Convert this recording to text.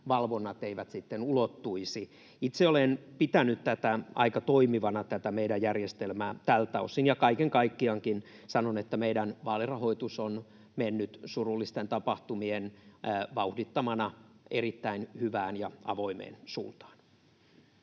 valvonnat eivät sitten ulottuisi. Itse olen pitänyt aika toimivana tätä meidän järjestelmää tältä osin ja kaiken kaikkiaankin sanon, että meidän vaalirahoitus on mennyt surullisten tapahtumien vauhdittamana erittäin hyvään ja avoimeen suuntaan.